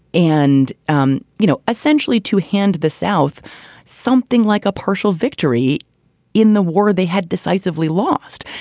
and um you know, essentially to hand the south something like a partial victory in the war, they had decisively lost.